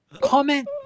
comment